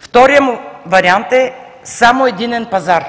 Вторият му вариант е: само единен пазар.